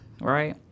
right